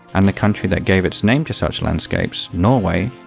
and the country that gave its name to such landscapes, norway,